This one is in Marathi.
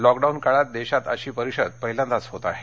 लॉक डाऊन काळात देशात अशी परिषद पहिल्यांदाच होत आहे